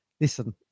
listen